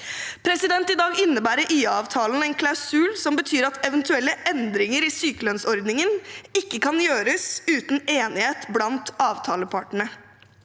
mulig. I dag innebærer IA-avtalen en klausul som betyr at eventuelle endringer i sykelønnsordningen ikke kan gjøres uten enighet blant avtalepartene.